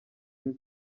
ine